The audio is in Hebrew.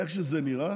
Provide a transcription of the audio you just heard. איך שזה נראה